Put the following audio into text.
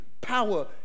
power